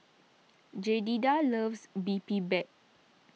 Jedidiah loves Bibimbap